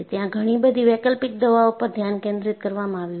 ત્યાં ઘણી બધી વૈકલ્પિક દવાઓ પર ધ્યાન કેન્દ્રિત કરવામાં આવ્યું છે